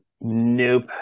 Nope